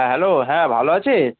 হ্যাঁ হ্যালো হ্যাঁ ভালো আছিস